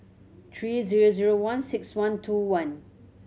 three zero zero one six one two one